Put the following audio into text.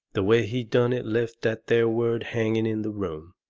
the way he done it left that there word hanging in the room,